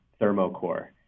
ThermoCore